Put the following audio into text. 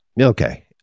okay